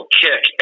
kick